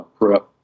prep